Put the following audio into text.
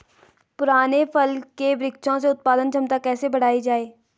पुराने फल के वृक्षों से उत्पादन क्षमता कैसे बढ़ायी जाए?